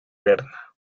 berna